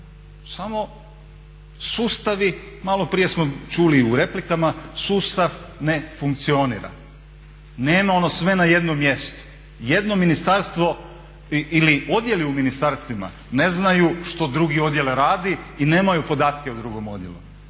samo sustavi, maloprije smo čuli u replikama, sustav ne funkcionira, nema ono sve na jednom mjestu. Jedno ministarstvo ili odjeli u ministarstvima ne znaju što drugi odjel radi i nemaju podatke o drugom odjelu.